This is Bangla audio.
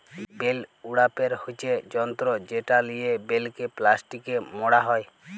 বেল উড়াপের হচ্যে যন্ত্র যেটা লিয়ে বেলকে প্লাস্টিকে মড়া হ্যয়